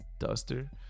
duster